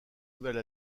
nouvelle